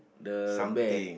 the bear